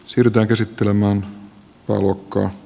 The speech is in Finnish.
puhemies eero heinäluoma